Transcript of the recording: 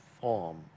form